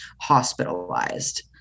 hospitalized